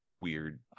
weird